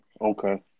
Okay